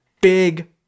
big